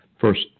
First